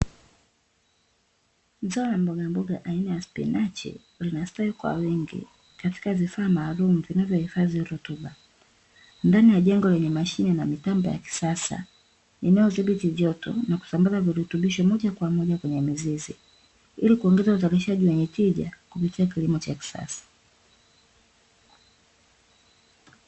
Zao la mbogamboa aina ya spinachi, linastawi kwa wingi katika vifaa maalumu vinavyohifadhi rutuba, ndani ya jengo lenye mashine na mitambo ya kisasa inayodhibiti joto na kusambaza virutubisho moja kwa moja kwenye mizizi, ili kuongeza uzalishaji wenye tija kupitia kilimo cha kisasa.